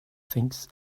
things